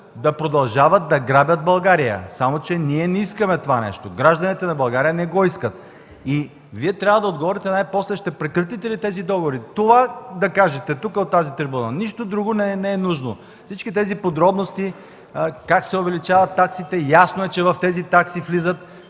да продължават да грабят България. Само че ние не искаме това нещо. Гражданите на България не го искат. Вие трябва да отговорите най-после: ще прекратите ли тези договори? Това трябва да кажете тук, от тази трибуна. Нищо друго не е нужно – например подробностите как се увеличават таксите. Ясно е, че в тези такси влиза